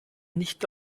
nicht